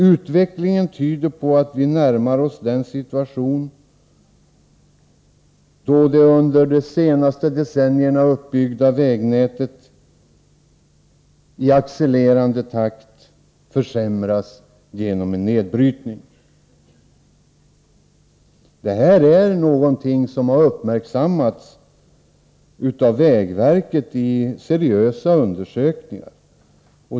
Utvecklingen tyder på att vi närmar oss en situation då det under de senaste decennierna uppbyggda vägnätet i accelererande takt försämras genom en nedbrytning. Detta har vägverket uppmärksammat i seriösa undersökningar.